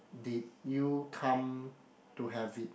did you come to have it